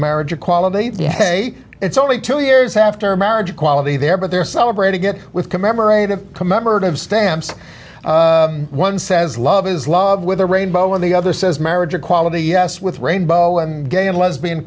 marriage equality it's only two years after marriage equality there but they're celebrating it with commemorative commemorative stamps one says love is love with a rainbow and the other says married equality yes with rainbow and gay and lesbian